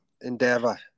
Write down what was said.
Endeavour